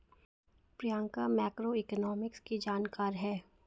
Priyanka macroeconomics की जानकार है